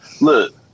Look